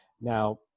Now